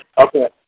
Okay